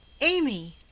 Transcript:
Amy